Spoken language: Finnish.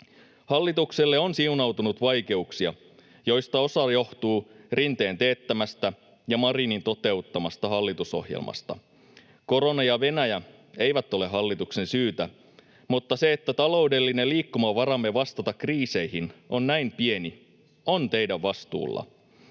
Hallitukselle on siunaantunut vaikeuksia, joista osa johtuu Rinteen teettämästä ja Marinin toteuttamasta hallitusohjelmasta. Korona ja Venäjä eivät ole hallituksen syytä, mutta se, että taloudellinen liikkumavaramme vastata kriiseihin on näin pieni, on teidän vastuullanne.